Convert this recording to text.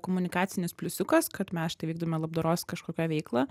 komunikacinis pliusiukas kad mes štai vykdome labdaros kažkokią veiklą